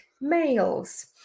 males